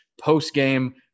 post-game